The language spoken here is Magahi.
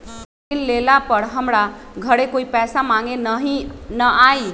ऋण लेला पर हमरा घरे कोई पैसा मांगे नहीं न आई?